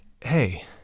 Hey